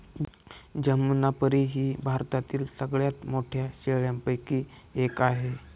जमनापरी ही भारतातील सगळ्यात मोठ्या शेळ्यांपैकी एक आहे